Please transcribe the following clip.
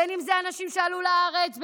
בין שזה אנשים שעלו לארץ,